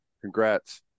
Congrats